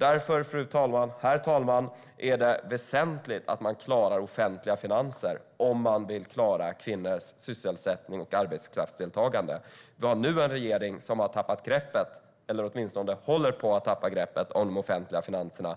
Herr talman! Därför är det väsentligt att man klarar de offentliga finanserna om man vill klara kvinnors sysselsättning och arbetskraftsdeltagande. Vi har nu en regering som har tappat greppet, eller som åtminstone håller på att tappa greppet, om de offentliga finanserna.